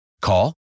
Call